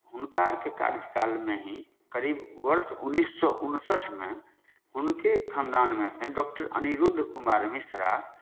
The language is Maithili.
हुनका आरके कार्यकालमे ही करीब वर्ष उन्नैस सए उनसठिमे हुनके खानदानमे सँ डॉक्टर अनिरुद्ध कुमार मिश्रा